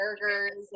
burgers